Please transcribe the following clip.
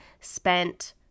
spent